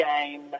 game